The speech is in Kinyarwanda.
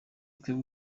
twebwe